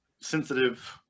sensitive